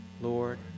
Lord